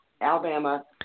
Alabama